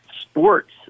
sports